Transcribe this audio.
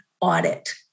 audit